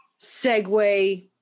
segue